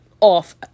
off